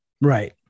right